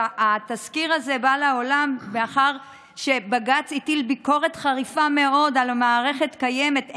התזכיר הזה בא לעולם לאחר שבג"ץ הטיל ביקורת חריפה מאוד על מערכת קיימת,